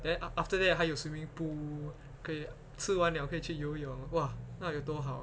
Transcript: then af~ after that 还有 swimming pool 可以吃完 liao 可以去游泳 !wah! 那有多好 ah